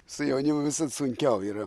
su jaunimu visad sunkiau yra